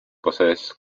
possess